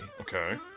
Okay